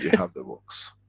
have the books.